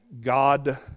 God